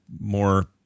more